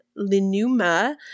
Linuma